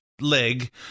leg